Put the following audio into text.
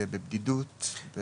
בבדידות.